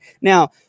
Now